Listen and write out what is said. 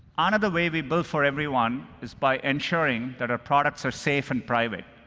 another way we build for everyone is by ensuring that our products are safe and private,